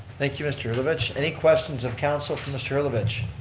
thank you mr. hillovich. any questions of council for mr. hillovich?